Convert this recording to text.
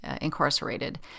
incarcerated